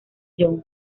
jones